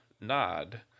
nod